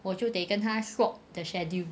我就得跟他 swap the schedule